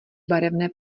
barevné